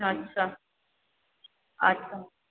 আচ্ছা আচ্ছা